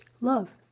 Love